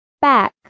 Back